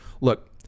look